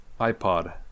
iPod